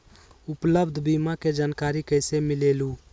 उपलब्ध बीमा के जानकारी कैसे मिलेलु?